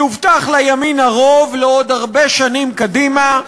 יובטח לימין הרוב לעוד הרבה שנים קדימה,